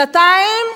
שנתיים,